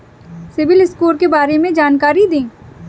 CIBIL score के बारे में जानकारी दें?